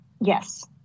Yes